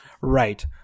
Right